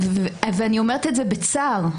ואני אומרת את זה בצער.